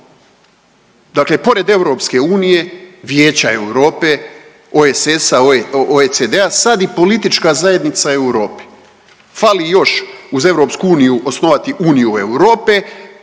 Dakle, pored EU, Vijeća Europe, OSS-a, OECD-a sad i politička zajednica Europe. Fali još uz EU osnovati uniju Europe,